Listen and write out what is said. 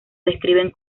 describen